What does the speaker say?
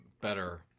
better